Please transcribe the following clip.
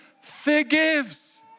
forgives